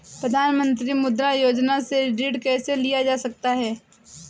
प्रधानमंत्री मुद्रा योजना से ऋण कैसे लिया जा सकता है?